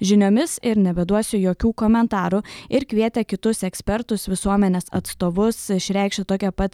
žiniomis ir nebeduosiu jokių komentarų ir kvietė kitus ekspertus visuomenės atstovus išreikšti tokią pat